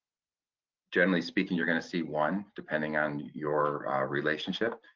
generally speaking, you're gonna see one depending on your relationship.